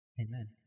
Amen